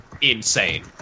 insane